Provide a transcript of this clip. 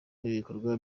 ibikorwa